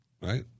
right